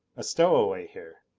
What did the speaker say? a stowaway here.